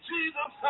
Jesus